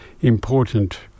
important